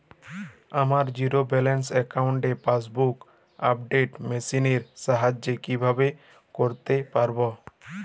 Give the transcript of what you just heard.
আমার zero balance অ্যাকাউন্টে passbook update machine এর সাহায্যে কীভাবে করতে পারব?